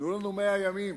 תנו לנו 100 ימים,